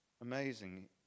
amazing